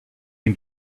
can